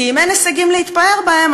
כי אם אין הישגים להתפאר בהם,